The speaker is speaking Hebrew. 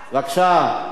בבקשה.